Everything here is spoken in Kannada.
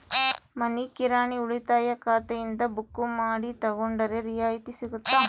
ಮನಿ ಕಿರಾಣಿ ಉಳಿತಾಯ ಖಾತೆಯಿಂದ ಬುಕ್ಕು ಮಾಡಿ ತಗೊಂಡರೆ ರಿಯಾಯಿತಿ ಸಿಗುತ್ತಾ?